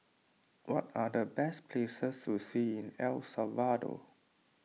what are the best places to see in El Salvador